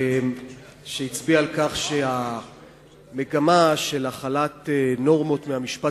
שהצביע על כך שהמגמה של החלת נורמות מהמשפט